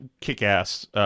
kick-ass